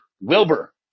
Wilbur